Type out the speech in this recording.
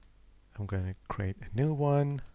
i'm going to create a new one.